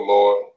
Lord